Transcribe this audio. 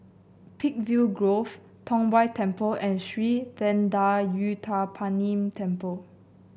Peakville Grove Tong Whye Temple and Sri Thendayuthapani Temple